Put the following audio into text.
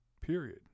Period